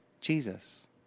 Jesus